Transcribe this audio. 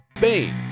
Bane